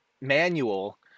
manual